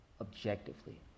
Objectively